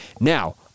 Now